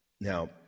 Now